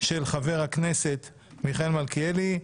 של חבר הכנסת מיכאל מלכיאלי.